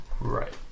Right